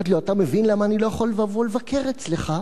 אמרתי לו: אתה מבין למה אני לא יכול לבוא לבקר אצלך?